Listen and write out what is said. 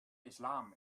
islam